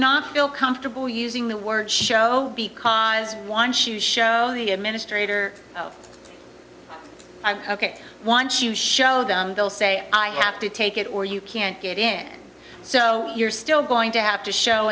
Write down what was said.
not feel comfortable using the word show because once you show the administrator of i'm ok once you show them they'll say i have to take it or you can't get in so you're still going to have to show